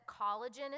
collagen